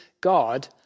God